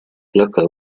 locally